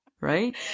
Right